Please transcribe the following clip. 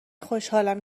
خوشحالم